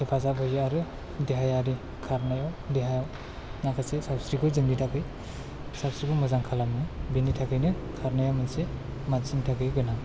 हेफाजाब होयो आरो देहायारि खारनायाव देहा माखासे सावस्रिखौ जोंनि थाखाय सावस्रिखौ मोजां खालामो बेनि थाखायनो खारनाया मोनसे मानसिनि थाखाय गोनां